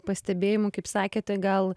pastebėjimų kaip sakėte gal